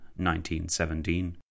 1917